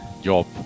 Job